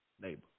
neighbor